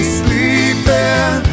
sleeping